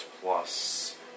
plus